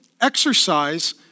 exercise